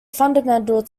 fundamental